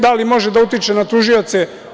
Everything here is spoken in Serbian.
Da li može da utiče na tužioce?